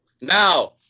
Now